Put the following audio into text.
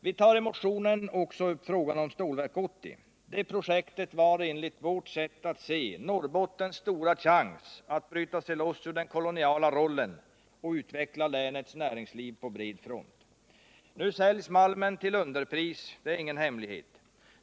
Vi tar i motionen också upp frågan om Stålverk 80. Det projektet var, enligt vårt sätt att se, Norrbottens stora chans att bryta sig loss ur den koloniala rollen och att utveckla länets näringsliv på bred front. Nu säljs malmen till underpris; det är ingen hemlighet.